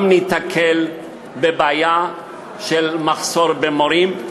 גם ניתקל בבעיה של מחסור במורים,